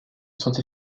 sont